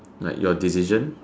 like your decision